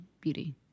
beauty